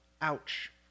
Ouch